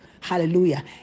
Hallelujah